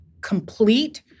complete